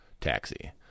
taxi